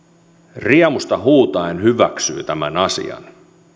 riemusta huutaen hyväksyisi tämän asian